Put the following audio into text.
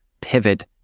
pivot